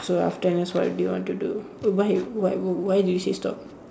so after N_S what do you want to do oh bhai why why do you say stop